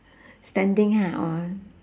standing ha or